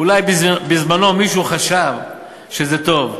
אולי בזמנו מישהו חשב שזה טוב,